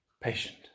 patient